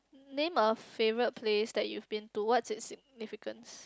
name a favourite place that you've been to what's its significance